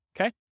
Okay